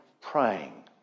praying